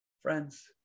Friends